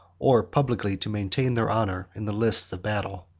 or publicly to maintain their honor, in the lists of battle.